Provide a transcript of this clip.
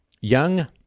Young